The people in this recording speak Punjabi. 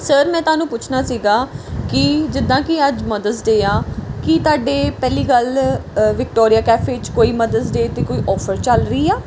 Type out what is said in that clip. ਸਰ ਮੈਂ ਤੁਹਾਨੂੰ ਪੁੱਛਣਾ ਸੀਗਾ ਕਿ ਜਿੱਦਾਂ ਕਿ ਅੱਜ ਮਦਰਸ ਡੇਅ ਆ ਕੀ ਤੁਹਾਡੇ ਪਹਿਲੀ ਗੱਲ ਅ ਵਿਕਟੋਰੀਆ ਕੈਫੇ 'ਚ ਕੋਈ ਮਦਰਸ ਡੇਅ 'ਤੇ ਕੋਈ ਔਫਰ ਚੱਲ ਰਹੀ ਆ